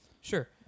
Sure